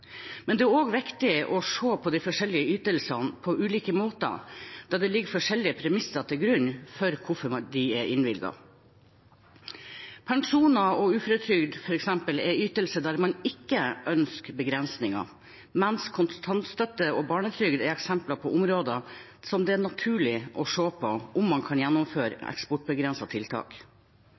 Men det er også viktig å se på de forskjellige ytelsene på ulike måter, da det ligger forskjellige premisser til grunn for hvorfor de er innvilget. Pensjoner og uføretrygd er f.eks. ytelser der man ikke ønsker begrensninger, mens kontantstøtte og barnetrygd er eksempler på området hvor det er naturlig å se på om man kan gjennomføre eksportbegrensende tiltak.